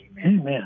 Amen